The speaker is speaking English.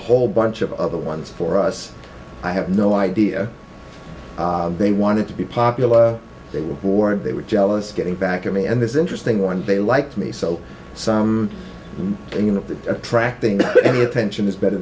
whole bunch of other ones for us i have no idea they wanted to be popular they were boring they were jealous getting back to me and this interesting one they liked me so some in the attracting any attention is better